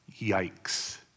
Yikes